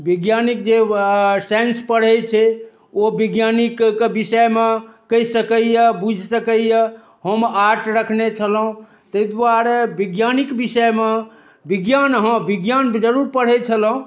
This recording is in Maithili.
विज्ञानिक जे साइंस पढ़य छै ओ विज्ञानिकके विषयमे कहि सकैय बुझि सकैय हम आर्ट रखने छलहुँ तै दुआरे विज्ञानिक विषयमे विज्ञान हँ विज्ञान जरूर पढ़य छलहुँ